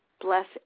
Bless